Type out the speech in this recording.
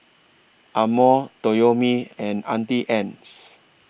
Amore Toyomi and Auntie Anne's